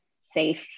safe